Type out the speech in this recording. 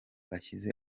ashyize